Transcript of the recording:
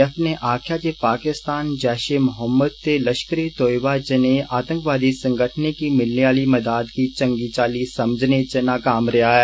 ज्थ् ने आक्खेआ जे पाकिस्तान जेषे महोम्मद ते लष्करे तोयबा जनेह् आतंकवादी संगठनें गी मिलने आली मदाद गी चंगी चाल्ली समझने च नाकाम रेदा ऐ